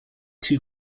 two